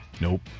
Nope